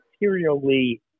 materially